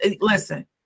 Listen